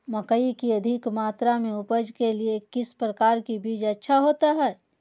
मकई की अधिक मात्रा में उपज के लिए किस प्रकार की बीज अच्छा होता है?